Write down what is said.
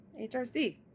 HRC